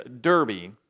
derby